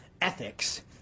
ethics